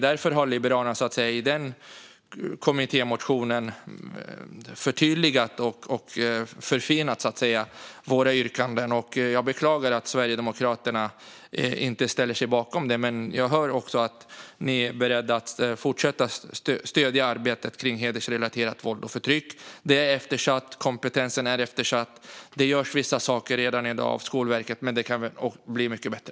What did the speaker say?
Därför har Liberalerna i sin kommittémotion förtydligat och förfinat sina yrkanden. Jag beklagar att Sverigedemokraterna inte ställer sig bakom dem, men jag hör också att ni är beredda att fortsätta stödja arbetet mot hedersrelaterat våld och förtryck. Det är eftersatt. Kompetensen är eftersatt. Det görs vissa saker av Skolverket redan i dag, men det kan bli mycket bättre.